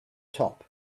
top